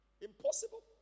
Impossible